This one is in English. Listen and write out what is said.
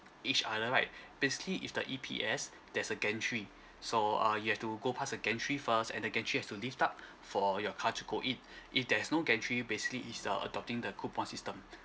each other right basically if the E_P_S there's a gantry so uh you have to go pass the gantry first and the gantry have to lift up for your car to go in if there is no gantry basically is a adopting the coupon system